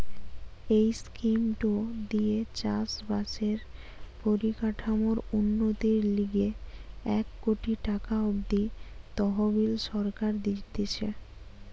এই স্কিমটো দিয়ে চাষ বাসের পরিকাঠামোর উন্নতির লিগে এক কোটি টাকা অব্দি তহবিল সরকার দিতেছে